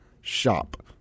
shop